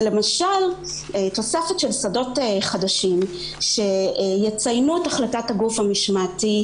זה תוספת של שדות חדשים שיציינו את החלטת הגוף המשמעתי,